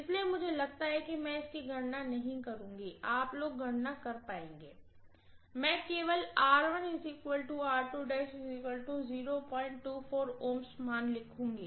इसलिए मुझे लगता है कि मैं इसकी गणना नहीं करुँगी आप लोग गणना कर पाएंगे मैं केवल मान लिखूंगी